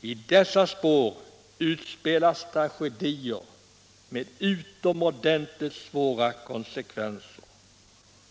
I dess spår utspelas tragedier med utomordentligt svåra konsekvenser.